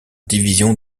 division